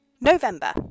November